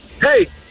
Hey